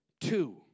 Two